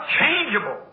unchangeable